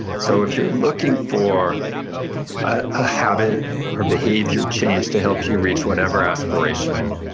so if you're looking for a habit or behavior change to help you reach whatever aspiration,